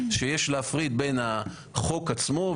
שיש להפריד בין החוק עצמו,